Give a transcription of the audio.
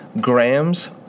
grams